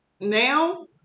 now